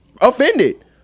offended